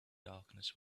darkness